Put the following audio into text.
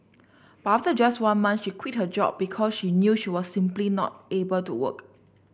but after just one month she quit her job because she knew she was simply not able to work